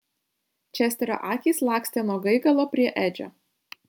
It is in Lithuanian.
česterio akys lakstė nuo gaigalo prie edžio